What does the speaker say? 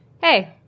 hey